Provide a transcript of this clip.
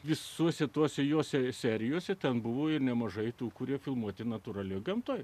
visuose tuose juose serijose ten buvo ir nemažai tų kurie filmuoti natūralioje gamtoje